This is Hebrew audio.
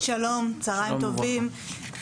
שלום, צוהריים טובים.